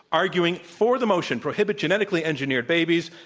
arguing for the motion, prohibit genetically engineered babies,